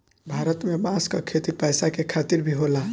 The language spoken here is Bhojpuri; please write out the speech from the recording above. भारत में बांस क खेती पैसा के खातिर भी होला